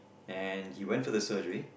and he went for the surgery